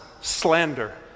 slander